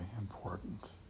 important